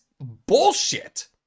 bullshit